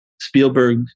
Spielberg